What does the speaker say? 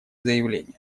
заявление